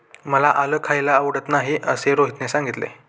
मला आलं खायला आवडत नाही असे रोहितने सांगितले